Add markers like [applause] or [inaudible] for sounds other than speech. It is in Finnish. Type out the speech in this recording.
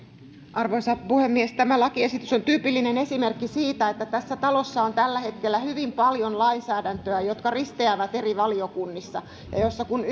arvoisa puhemies tämä lakiesitys on tyypillinen esimerkki siitä että tässä talossa on tällä hetkellä hyvin paljon lainsäädäntöä jossa lait risteävät eri valiokunnissa ja kun [unintelligible]